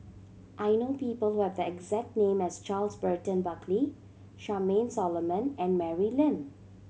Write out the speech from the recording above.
I know people who have the exact name as Charles Burton Buckley Charmaine Solomon and Mary Lim